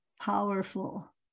powerful